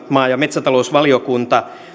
maa ja metsätalousvaliokunta on käsitellyt